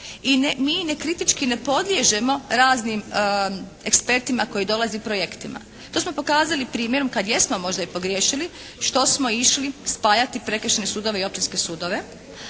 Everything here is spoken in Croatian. I mi nekritički ne podliježemo raznim ekspertima koji dolazi projektima. To smo pokazali primjerom kad jesmo možda i pogriješili što smo išli spajati prekršajne sudove i općinske sudove